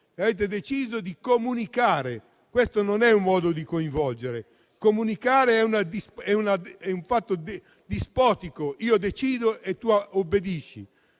Avete deciso di comunicare e basta; questo non è un modo di coinvolgere. Comunicare è un fare dispotico: io decido e tu obbedisci.